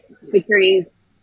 Securities